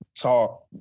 talk